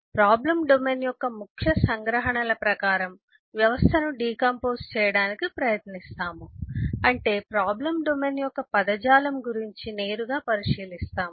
problem domain యొక్క ముఖ్య సంగ్రహణల ప్రకారం వ్యవస్థను డికంపోస్ చేయటానికి ప్రయత్నిస్తాము అంటే ప్రాబ్లం డొమైన్ యొక్క పదజాలం గురించి నేరుగా పరిశీలిస్తాము